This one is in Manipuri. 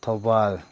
ꯊꯧꯕꯥꯜ